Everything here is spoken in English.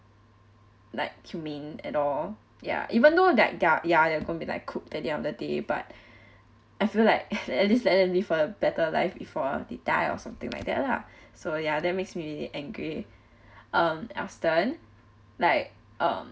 like humane at all ya even though that ya ya they are going to be like cooked at the end of the day but I feel like at least let them live for a better life before they die or something like that lah so ya that makes me really angry um aston like um